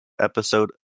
episode